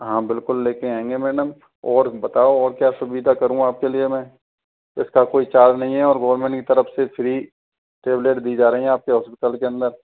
हाँ बिल्कुल लेके आएँगे मैडम और बताओ और क्या सुविधा करूँ आपके लिए मैं इसका कोई चार्ज नहीं है और वो मेरी तरफ से फ्री टेबलेट दी जा रही हैं आपके हॉस्पिटल के अंदर